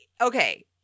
okay